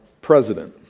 President